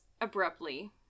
abruptly